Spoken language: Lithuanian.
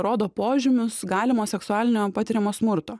rodo požymius galimo seksualinio patiriamo smurto